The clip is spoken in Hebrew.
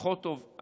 פחות טוב,